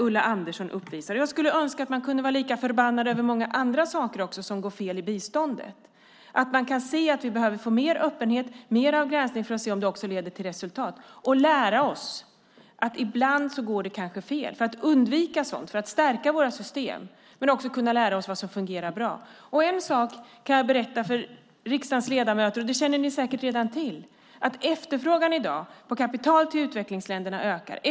Jag skulle önska att man kunde vara lika förbannad över många andra saker som går fel i biståndet. Vi behöver få mer av öppenhet och granskning för att se om det också leder till resultat och lära oss att det ibland går fel. Det behövs för att vi ska kunna undvika sådant och stärka våra system och kunna lära oss vad som fungerar bra. En sak kan jag berätta för riksdagens ledamöter, och ni känner säkert redan till den. Efterfrågan på kapital till utvecklingsländerna ökar i dag.